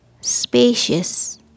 spacious